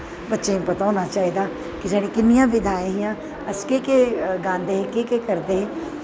बच्चें गी पता होना चाहिदा कि साढ़ियां किन्नियां विधाएं हियां अस केह् केह् गांदे हे केह् केह् करदे हे